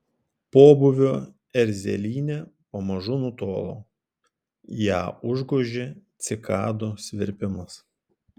pobūvio erzelynė pamažu nutolo ją užgožė cikadų svirpimas